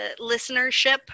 listenership